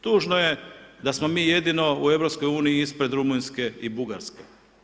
Tužno je da smo mi jedino u EU ispred Rumunjske i Bugarske.